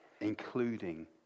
including